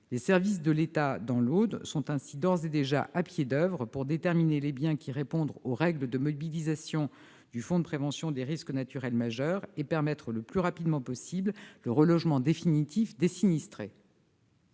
Les services de l'État, dans l'Aude, sont ainsi d'ores et déjà à pied d'oeuvre pour déterminer les biens qui répondent aux règles de mobilisation du fonds de prévention des risques naturels majeurs et permettre le plus rapidement possible le relogement définitif des sinistrés.